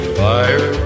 fire